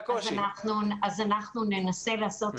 אנחנו ננסה לעשות הכול.